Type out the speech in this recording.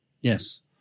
Yes